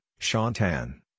Shantan